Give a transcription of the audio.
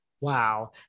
Wow